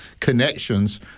connections